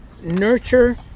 nurture